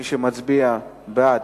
מי שמצביע בעד,